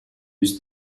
use